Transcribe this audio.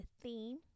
theme